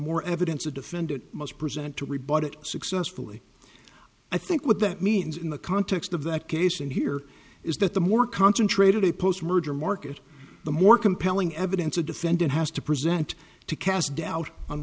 more evidence the defendant must present to rebut it successfully i think what that means in the context of that case and here is that the more concentrated a post merger market the more compelling evidence a defendant has to present to cast doubt on